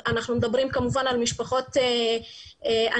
אנחנו מדברים על משפחות עניות,